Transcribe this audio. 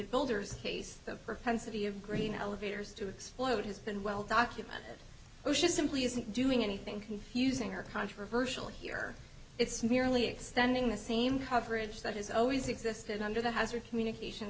builders case the propensity of grain elevators to explode has been well documented osha simply isn't doing anything confusing or controversial here it's merely extending the same coverage that has always existed under the hazard communication